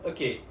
Okay